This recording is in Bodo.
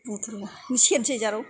बुंथ'ला सेरनोसै जारौ